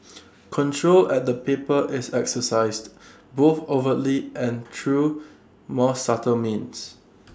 control at the paper is exercised both overtly and through more subtle means